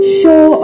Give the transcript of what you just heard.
show